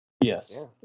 yes